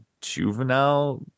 juvenile